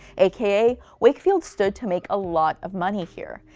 aka, wakefield stood to make a lot of money here.